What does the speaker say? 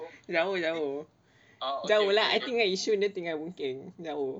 jauh jauh jauh lah I think ah dia tinggal boon keng jauh